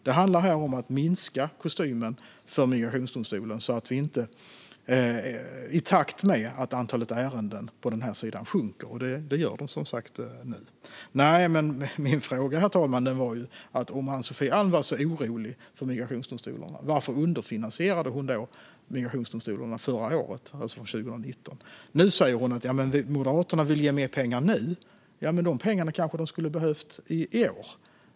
Det handlar om att minska kostymen för migrationsdomstolarna i takt med att antalet ärenden sjunker, och det gör de nu. Herr talman! Om Ann-Sofie Alm var så orolig för migrationsdomstolarna, varför underfinansierade hon dem inför 2019? Nu säger hon att Moderaterna vill ge mer pengar. Men de pengarna hade domstolarna behövt redan i år.